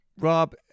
Rob